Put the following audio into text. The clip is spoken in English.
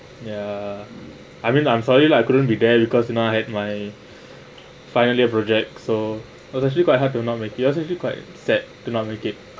yeah I mean I'm sorry lah I couldn't be there because you know I had my final year project so it was actually quite hard to not make I actually quite sad to not make it